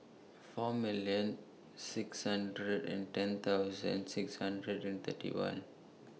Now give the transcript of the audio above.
four million six hundred and ten thousand six hundred and thirty one